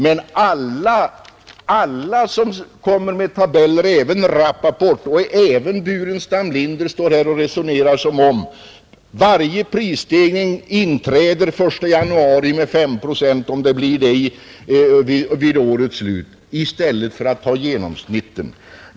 Men alla som lägger fram tabeller — även Rappaport och även Burenstam Linder — resonerar som om varje prisstegring inträder den 1 januari med 5 procent, om det blir det vid årets slut, i stället för att ta genomsnittet.